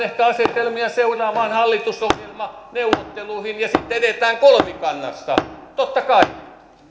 ehkä asetelmia seuraaviin hallitusohjelmaneuvotteluihin ja sitten edetään kolmikannassa totta kai